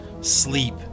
sleep